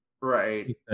Right